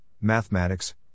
mathematics